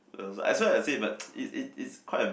that's why I said but it it is quite a